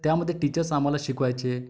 त्यामध्ये टीचर्स आम्हाला शिकवायचे आणि